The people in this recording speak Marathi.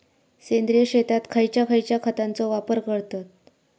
सेंद्रिय शेतात खयच्या खयच्या खतांचो वापर करतत?